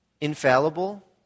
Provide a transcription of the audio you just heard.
infallible